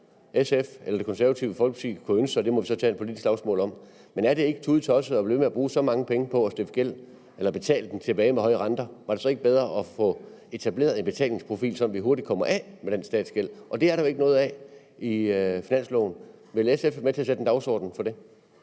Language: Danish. SF eller Det Konservative Folkeparti kunne ønske sig – det må vi så tage et politisk slagsmål om. Men er det ikke tudetosset at blive ved med at bruge så mange penge på at stifte gæld eller betale den tilbage med høje renter? Var det så ikke bedre at få etableret en betalingsprofil, hvor vi hurtigt kom af med den statsgæld? Det er der jo ikke noget af i finansloven. Vil SF være med til at sætte en dagsorden for det?